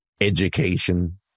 education